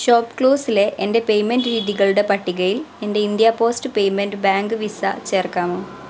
ഷോപ്പ്ക്ലൂസിലെ എൻ്റെ പേയ്മെൻറ്റ് രീതികളുടെ പട്ടികയിൽ എൻ്റെ India Post Payment Bank Visa ചേർക്കാമോ